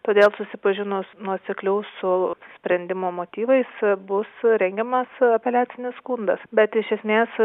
todėl susipažinus nuosekliau su sprendimo motyvais bus rengiamas apeliacinis skundas bet iš esmės